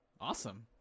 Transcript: Awesome